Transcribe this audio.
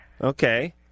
Okay